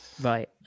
Right